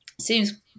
seems